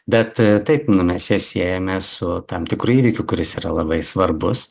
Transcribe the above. bet taip nu mes ją siejame su tam tikru įvykiu kuris yra labai svarbus